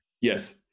yes